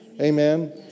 Amen